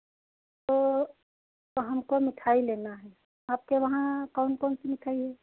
तो तो हमको मिठाई लेना है आपके वहाँ कौन कौन सी मिठाई है